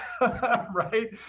right